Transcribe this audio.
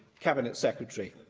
cabinet secretary?